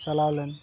ᱪᱟᱞᱟᱣ ᱞᱮᱱ